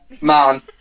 man